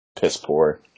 piss-poor